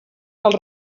els